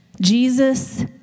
Jesus